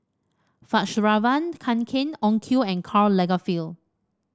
Fjallraven Kanken Onkyo and Karl Lagerfeld